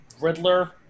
Riddler